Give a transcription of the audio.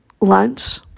lunch